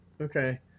Okay